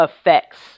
effects